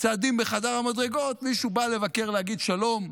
צעדים בחדר המדרגות, מישהו בא לבקר, להגיד שלום,